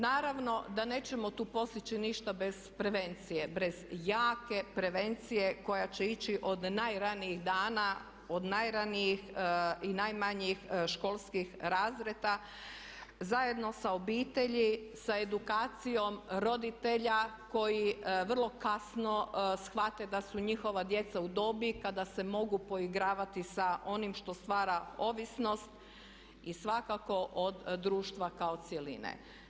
Naravno da nećemo tu postići ništa bez prevencije, bez jake prevencije koja će ići od najranijih dana, od najmanjih školskih razreda zajedno sa obitelji, sa edukacijom roditelja koji vrlo kasno shvate da su njihova djeca u dobi kada se mogu poigravati sa onim što stvara ovisnost i svakako od društva kao cjeline.